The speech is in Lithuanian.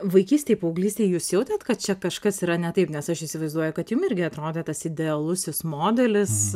vaikystėj paauglystėj jūs jautėt kad čia kažkas yra ne taip nes aš įsivaizduoju kad jum irgi atrodė tas idealusis modelis